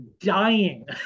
dying